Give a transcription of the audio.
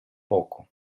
poco